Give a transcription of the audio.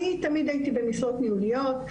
אני תמיד הייתי במשרות ניהוליות,